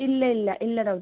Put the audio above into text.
ഇല്ല ഇല്ല ഇല്ല ഡോക്ടർ